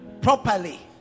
properly